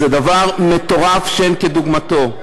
זה דבר מטורף שאין כדוגמתו,